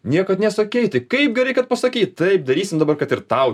niekad nesakei tai kaip gerai kad pasakei taip darysim dabar kad ir tau